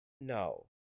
no